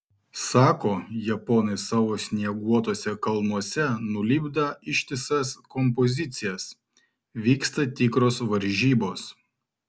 sako japonai savo snieguotuose kalnuose nulipdą ištisas kompozicijas vyksta tikros varžybos